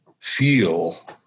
feel